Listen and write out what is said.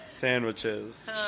sandwiches